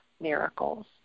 miracles